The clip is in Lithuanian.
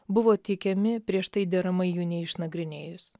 buvo teikiami prieš tai deramai jų neišnagrinėjus